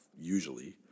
usually